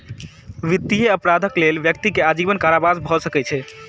वित्तीय अपराधक लेल व्यक्ति के आजीवन कारावास भ सकै छै